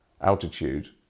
altitude